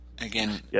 again